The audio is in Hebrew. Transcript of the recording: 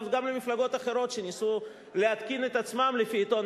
גם מפלגות אחרות שניסו להתאים את עצמן לעיתון